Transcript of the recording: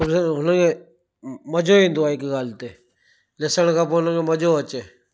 उते हुन खे मज़ो ईंदो आहे हिकु ॻाल्हि ते ॾिसण खां पोइ उन जो मज़ो अचे